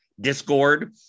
Discord